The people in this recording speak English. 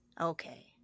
Okay